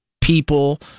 people